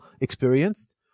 experienced